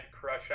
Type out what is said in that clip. crush